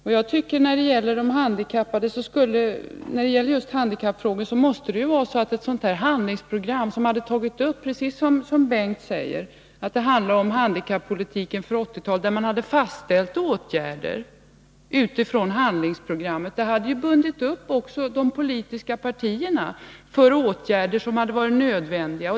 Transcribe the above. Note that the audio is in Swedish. När det gäller handikappfrågorna hade, precis som Bengt Lindqvist säger, ett program avseende handikappolitiken för 1980-talet, där man hade fastställt åtgärder, bundit upp också de politiska partierna för åtgärder som hade varit nödvändiga.